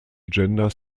gender